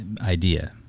idea